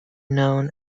known